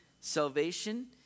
Salvation